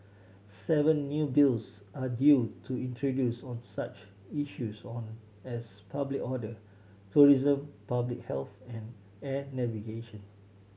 seven new Bills are due to introduce on such issues on as public order tourism public health and air navigation